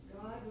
God